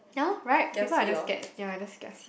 ya loh right people are just scared ya just get a seat